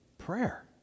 prayer